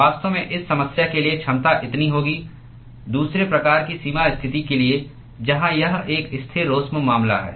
वास्तव में इस समस्या के लिए क्षमता इतनी होगी दूसरे प्रकार की सीमा स्थिति के लिए जहां यह एक स्थिरोष्म मामला है